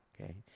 Okay